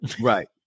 Right